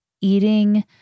eating